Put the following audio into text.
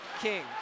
King